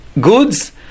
goods